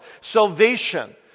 Salvation